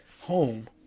home